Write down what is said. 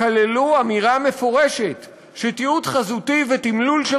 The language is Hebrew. כללו אמירה מפורשת שתיעוד חזותי ותמלול של